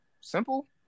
simple